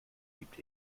gibt